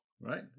right